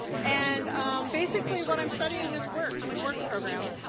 and basically what i am studying is work and work programs.